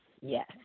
Yes